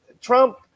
Trump